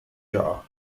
jar